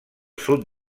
sud